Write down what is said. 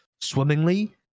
swimmingly